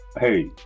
hey